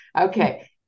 Okay